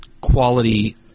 quality